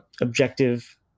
objective